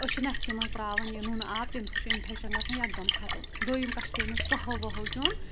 أسۍ چھِ نَستہِ منٛز ترٛاوان یہِ نُنہٕ آب تَمہِ سۭتۍ چھُ اِنفٮ۪کشَن گَژَھان یَکدَم ختٕم دویِم کَتھ چھِ تٔمِس کٕہٕو وٕہٕو چیٚوٚن